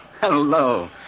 hello